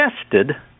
tested